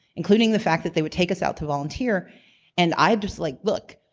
including the fact that they would take us out to volunteer and i just like, look,